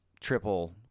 triple